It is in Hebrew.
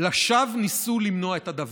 לשווא ניסו למנוע את הדבר.